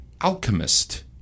Alchemist